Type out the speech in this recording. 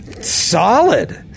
solid